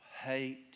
Hate